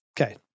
Okay